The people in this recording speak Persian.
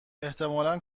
احتمالا